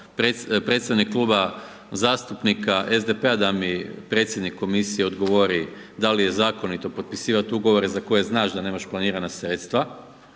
predstavnik Kluba zastupnika SDP-a da mi predsjednik komisije odgovori da li je zakonito potpisivati ugovore za koje znaš da nemaš planirana sredstva